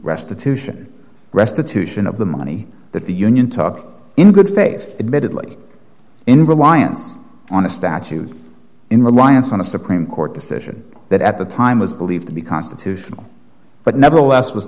restitution restitution of the money that the union thug in good faith admittedly in reliance on a statute in reliance on a supreme court decision that at the time was believed to be constitutional but nevertheless was